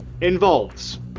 involves